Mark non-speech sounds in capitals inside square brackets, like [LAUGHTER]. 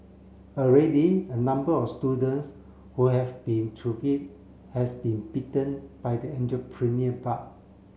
already a number of students who have been [UNINTELLIGIBLE] it has been bitten by the entrepreneurial bug